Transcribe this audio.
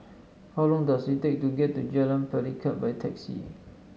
how long does it take to get to Jalan Pelikat by taxi